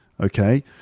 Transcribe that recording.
Okay